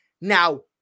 now